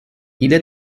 ile